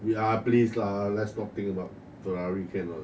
we are please lah let's not think about Ferrari can not